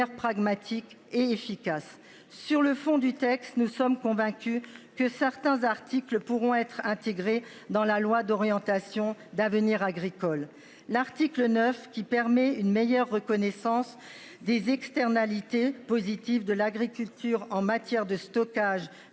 pragmatique et efficace sur le fond du texte. Nous sommes convaincus que certains articles pourront être intégrées dans la loi d'orientation d'avenir agricole. L'article 9 qui permet une meilleure reconnaissance des externalités positives de l'agriculture en matière de stockage